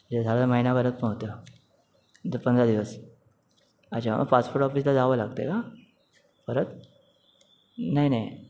हे झालं महिनाभरात पण होत आहे हो नाहीतर पंधरा दिवस अच्छा मग पासपोर्ट ऑफिसला जावं लागतं आहे का परत नाही नाही